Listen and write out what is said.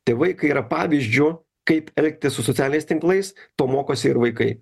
tėvai kai yra pavyzdžiu kaip elgtis su socialiniais tinklais to mokosi ir vaikai